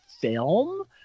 film